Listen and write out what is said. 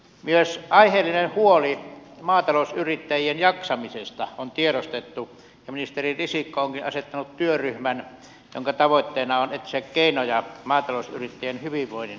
myös aiheellinen huoli maatalousyrittäjien jaksamisesta on tiedostettu ja ministeri risikko onkin asettanut työryhmän jonka tavoitteena on etsiä keinoja maatalousyrittäjien hyvinvoinnin edistämiseksi